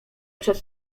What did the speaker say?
przed